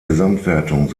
gesamtwertung